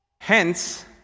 Hence